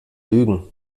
lügen